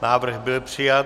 Návrh byl přijat.